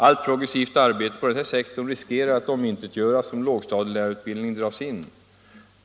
Allt progressivt arbete på den här sektorn riskeras att omintetgöras, om lågstadielärarutbildningen dras in.